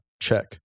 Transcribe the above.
Check